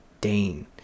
dane